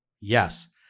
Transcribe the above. Yes